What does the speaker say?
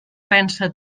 pensa